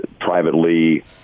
privately